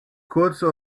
kurze